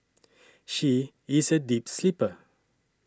she is a deep sleeper